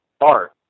art